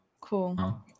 cool